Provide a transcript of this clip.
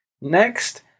Next